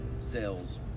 sales